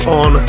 on